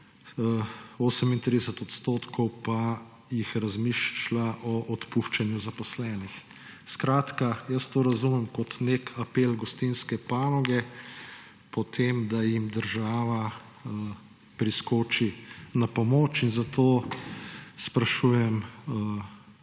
38 % pa jih razmišlja o odpuščanju zaposlenih. Skratka, jaz to razumem kot nek apel gostinske panoge k temu, da jim država priskoči na pomoč. Zato sprašujem